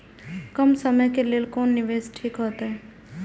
कम समय के लेल कोन निवेश ठीक होते?